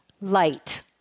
light